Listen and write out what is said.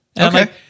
Okay